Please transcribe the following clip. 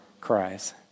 cries